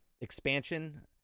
expansion